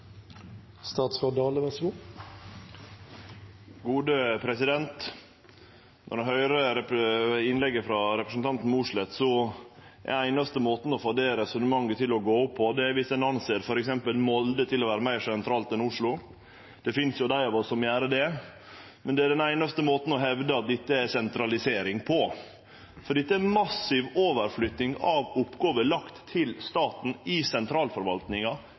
einaste måten å få det resonnementet til å gå opp på, å meine at f.eks. Molde er meir sentralt enn Oslo. Det er nokre av oss som gjer det, men det er den einaste måten å hevde at dette er sentralisering, på. Dette er ei massiv overflytting av oppgåver som er lagde til staten i sentralforvaltninga,